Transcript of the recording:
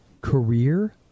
Career